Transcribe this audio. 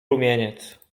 rumieniec